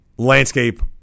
landscape